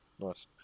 Nice